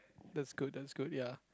that's good that's good ya